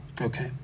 Okay